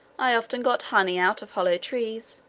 i often got honey out of hollow trees,